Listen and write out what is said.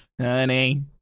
honey